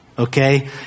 okay